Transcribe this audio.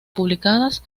publicadas